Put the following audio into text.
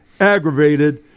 aggravated